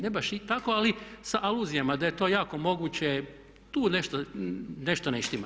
Ne baš tako, ali sa aluzijama da je to jako moguće, tu nešto ne štima.